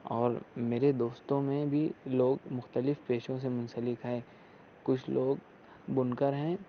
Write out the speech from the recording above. اور میرے دوستوں میں بھی لوگ مختلف پیشوں سے منسلک ہیں کچھ لوگ بنکر ہیں